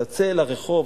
אתה יוצא לרחוב,